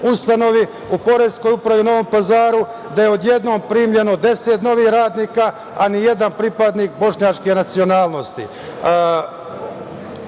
ustanovi, u Poreskoj upravi u Novom Pazaru, da je odjednom primljeno deset novih radnika a nijedan pripadnik bošnjačke nacionalnosti. Ovo